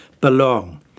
belong